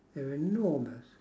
they're enormous